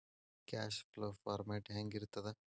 Cash flow format ಹೆಂಗಿರ್ತದ?